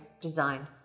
design